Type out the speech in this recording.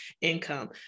income